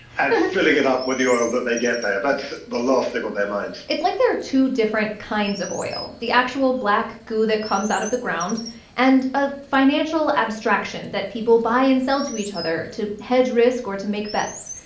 and filling it up with the oil that they get there. ah that's the last thing on their minds it's like there are two different kinds of oil the actual black goo that comes out of the ground and a financial abstraction that people buy and sell to each other to hedge risk or to make bets.